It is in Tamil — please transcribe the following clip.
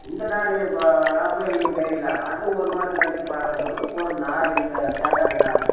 இந்த நாறு எப்போ அப்போ எங்களுக்கு தெரியல அது ஒரு மாசம் கழித்து பார்க்கறம்போது பூரா நாறு இந்த தேங்காய் நாறு